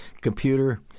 computer